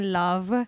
love